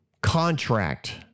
contract